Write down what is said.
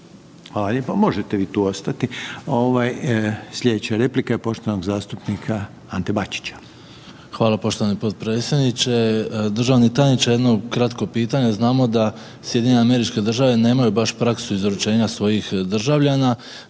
Hvala lijepa. Možete tu ostati. Sljedeća replika je poštovanog zastupnika Ante Bačića. **Bačić, Ante (HDZ)** Hvala potpredsjedniče. Državni tajniče jedno kratko pitanje, znamo da SAD nema baš praksu izručenja svojih državljana,